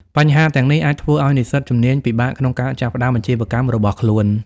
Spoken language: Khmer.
បញ្ហាទាំងនេះអាចធ្វើឱ្យនិស្សិតជំនាញពិបាកក្នុងការចាប់ផ្តើមអាជីវកម្មរបស់ខ្លួន។